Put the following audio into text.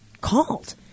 called